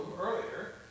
earlier